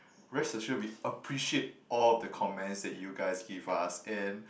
rest assured we appreciate all the comments that you guys give us and